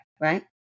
Right